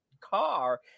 car